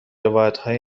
روایتهای